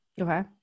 Okay